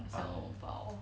小笼包